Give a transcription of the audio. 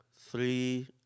three